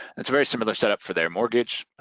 it's a very similar setup for their mortgage.